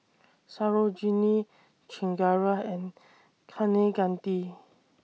Sarojini Chengara and Kaneganti